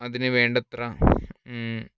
അതിന് വേണ്ടത്ര